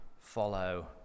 follow